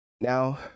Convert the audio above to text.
now